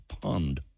Pond